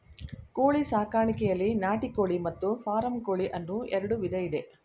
ಕೋಳಿ ಸಾಕಾಣಿಕೆಯಲ್ಲಿ ನಾಟಿ ಕೋಳಿ ಮತ್ತು ಫಾರಂ ಕೋಳಿ ಅನ್ನೂ ಎರಡು ವಿಧ ಇದೆ